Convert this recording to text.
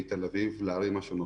מתל אביב לערים השונות,